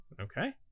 Okay